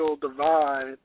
divide